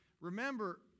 remember